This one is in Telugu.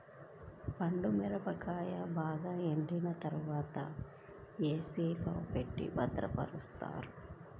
పండు మిరపకాయలను బాగా ఎండిన తర్వాత ఏ.సీ లో పెట్టి భద్రపరుస్తారు